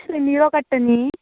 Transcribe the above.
तुमी निरो काडटा न्ही